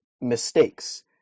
mistakes